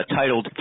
titled